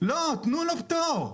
לתת להם פטור.